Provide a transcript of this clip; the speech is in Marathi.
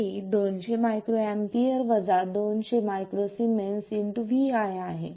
हे 200 µA 200 µS vi आहे